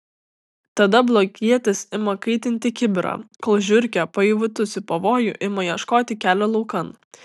tada blogietis ima kaitinti kibirą kol žiurkė pajutusi pavojų ima ieškoti kelio laukan